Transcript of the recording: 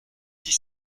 dit